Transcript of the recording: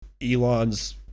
Elon's